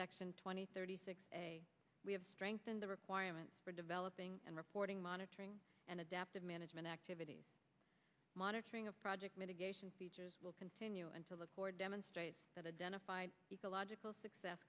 section twenty thirty six we have strengthened the requirement for developing and reporting monitoring and adaptive management activities monitoring of project mitigation features will continue until the board demonstrates that identified the logical success